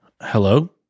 Hello